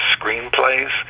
screenplays